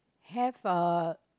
have a